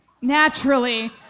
naturally